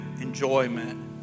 enjoyment